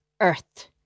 earth